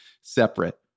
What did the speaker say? separate